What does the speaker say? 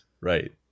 right